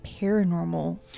paranormal